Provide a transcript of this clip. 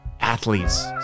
athletes